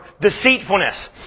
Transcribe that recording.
Deceitfulness